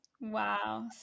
Wow